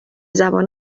زبان